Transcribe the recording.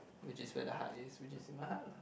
which is where the heart is which is in my heart lah